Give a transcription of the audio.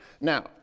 Now